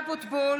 (קוראת בשמות חברי הכנסת) משה אבוטבול,